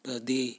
per day